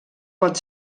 pot